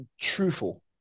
truthful